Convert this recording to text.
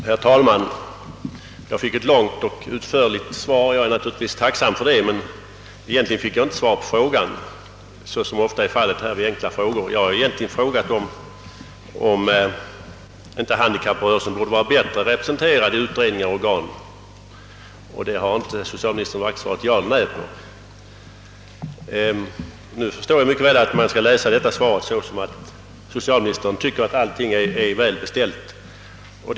Herr talman! Jag fick ett långt och utförligt svar, och jag är naturligtvis tacksam för det. Men egentligen fick jag inte svar på frågan, såsom ofta är fallet vid besvarandet av enkla frågor här i kammaren. Jag har frågat om inte handikapprörelsen borde vara bättre representerad i utredningar och organ på området, och det har inte socialministern svarat vare sig ja eller nej på. Nu förstår jag mycket väl att socialministern tycker att man skall läsa svaret som om allt enligt socialministerns mening är väl beställt på området.